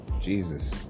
Jesus